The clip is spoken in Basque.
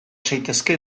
zaitezke